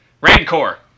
Rancor